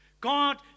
God